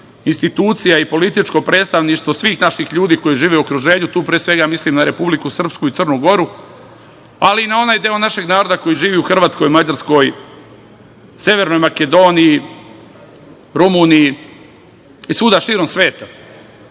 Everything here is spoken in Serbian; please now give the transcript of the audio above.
institucija i političko predstavništvo svih naših ljudi koji žive u okruženju. Tu, pre svega, mislim na Republiku Srpsku i Crnu Goru, ali i na onaj deo našeg naroda koji živi u Hrvatskoj, Mađarskoj, Severnoj Makedoniji, Rumuniji i svuda širom